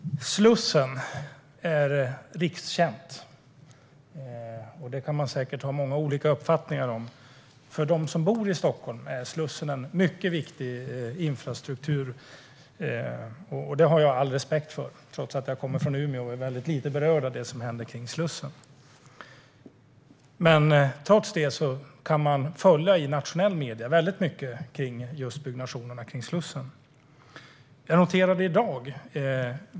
Herr talman! Slussen är rikskänd, och det kan man säkert ha många olika uppfattningar om. För dem som bor i Stockholm är Slussen en mycket viktig infrastrukturfråga. Och det har jag all respekt för, trots att jag kommer från Umeå och är väldigt lite berörd av det som händer kring Slussen. Man kan i nationella medier följa byggnationerna vid Slussen väldigt noga.